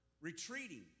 retreating